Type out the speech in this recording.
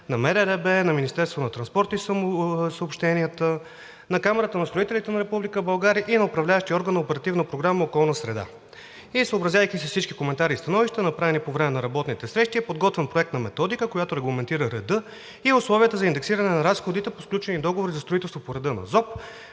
и съобщенията, на Камарата на строителите на Република България и на Управляващия орган на Оперативна програма „Околна среда“. Съобразявайки се с всички коментари и становища, направени по време на работните срещи, е подготвен проект на методика, която регламентира реда и условията за индексиране на разходите по сключени договори за строителство по реда на ЗОП,